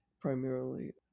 primarily